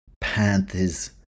Panthers